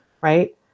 Right